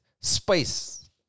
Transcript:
space